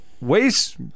Waste